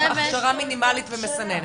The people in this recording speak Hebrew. הכשרה מינימלית ומסננת.